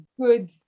good